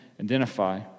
identify